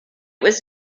was